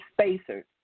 spacers